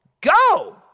Go